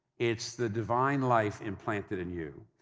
it's the divine life implanted in you.